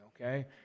okay